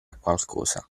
qualcosa